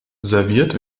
serviert